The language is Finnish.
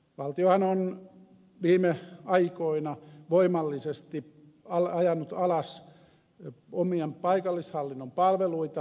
valtiohan on viime aikoina voimallisesti ajanut alas omia paikallishallinnon palveluita seutukaupungeista